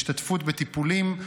השתתפות בטיפולים נפשיים,